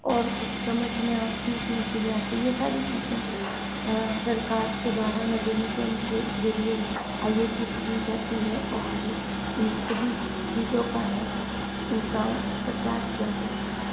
और कुछ समझने और सीखने के लिए आते हैं यह सारी चीज़ें सरकार के द्वारा नगर निगम के जरिये आयोजित की जाती है और इन सभी चीज़ों का है उनका प्रचार किया जाता है